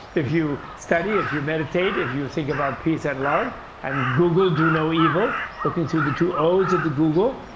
if you study, if you meditate, if you think about peace and love, and google do no evil looking through the two o's of the google,